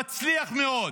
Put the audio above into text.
מצליח מאוד.